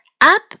up